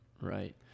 Right